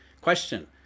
question